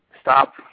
stop